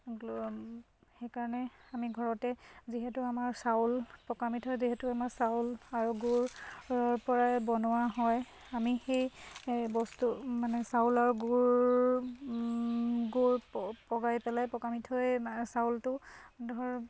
সেইটো সেইকাৰণে আমি ঘৰতে যিহেতু আমাৰ চাউল পকা মিঠৈ যিহেতু আমাৰ চাউল আৰু গুৰৰপৰাই বনোৱা হয় আমি সেই বস্তু মানে চাউল আৰু গুৰ গুৰ পগাই পেলাই পকা মিঠৈ চাউলটো ধৰ